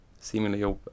seemingly